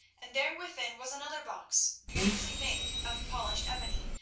and there within was another box beautifully made of polished ebony,